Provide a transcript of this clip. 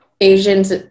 Asians